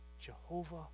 Jehovah